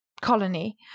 colony